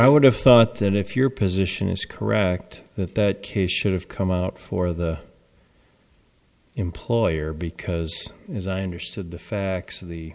i would have thought then if your position is correct that that case should have come out for the employer because as i understood the facts of the